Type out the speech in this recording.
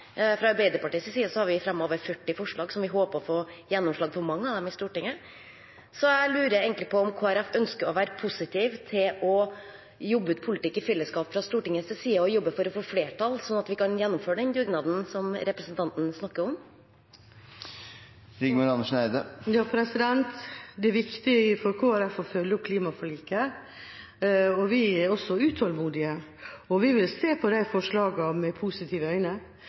Fra Arbeiderpartiets side har vi fremmet over 40 forslag, og vi håper å få gjennomslag for mange av dem i Stortinget. Jeg lurer egentlig på om Kristelig Folkeparti ønsker å være positiv til å jobbe fram politikk i fellesskap fra Stortingets side, jobbe for å få flertall, sånn at vi kan gjennomføre den dugnaden som representanten snakker om. Det er viktig for Kristelig Folkeparti å følge opp klimaforliket. Vi er også utålmodige, og vi vil se på disse forslagene med positive